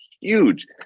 huge